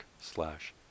slash